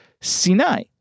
Sinai